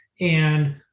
And-